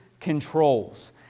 controls